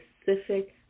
specific